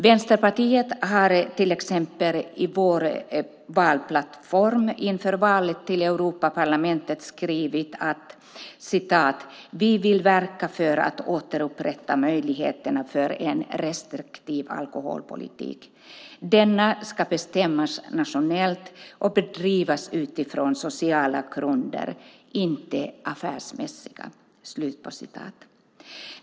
Vänsterpartiet har till exempel i sin valplattform inför valet till Europaparlamentet skrivit att "vi vill verka för att återupprätta möjligheterna för en restriktiv alkoholpolitik. Denna ska bestämmas nationellt och bedrivas utifrån sociala grunder - inte affärsmässiga."